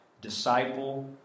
disciple